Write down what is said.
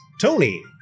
Tony